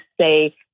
say